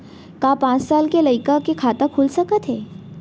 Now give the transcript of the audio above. का पाँच साल के लइका के खाता खुल सकथे?